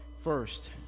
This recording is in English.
first